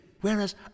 Whereas